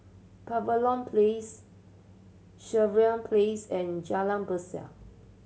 Pavilion Place Sireh Place and Jalan Berseh